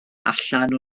allan